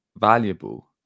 valuable